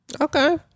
Okay